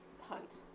hunt